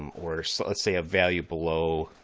um or so let's say a value below